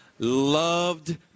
loved